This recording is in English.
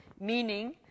meaning